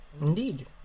Indeed